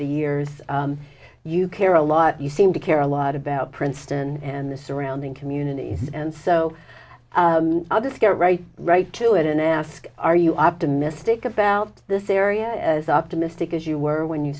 everything years you care a lot you seem to care a lot about princeton and the surrounding community and so i'll just get right right to it and ask are you optimistic about this area as optimistic as you were when you